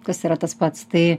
kas yra tas pats tai